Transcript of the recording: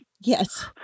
Yes